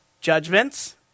judgments